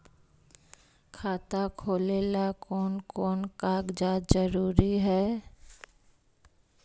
खाता खोलें ला कोन कोन कागजात जरूरी है?